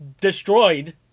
destroyed